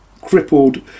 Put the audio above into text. crippled